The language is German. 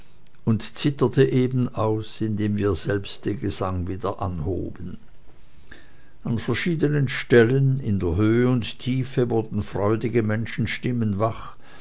und zitterte eben aus indem wir selbst den gesang wieder anhoben an verschiedenen stellen in der höhe und tiefe wurden freudige menschenstimmen wach